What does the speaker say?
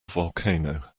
volcano